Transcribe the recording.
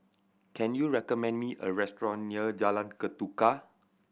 can you recommend me a restaurant near Jalan Ketuka